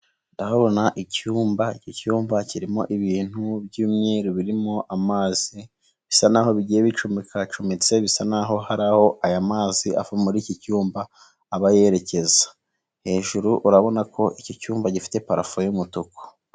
Ndahabona icyumba, icyo cyumba kirimo ibintu by'umweruru birimo amazi, bisa n'aho bigiye bicumembikacumetse, bisa n'aho hari aho aya mazi ava muri iki cyumba abayerekeza, hejuru urabona ko iki cyumba gifite parafo y'umutuku.